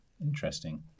Interesting